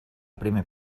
primer